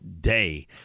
day